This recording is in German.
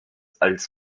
als